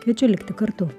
kviečiu likti kartu